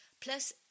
Plus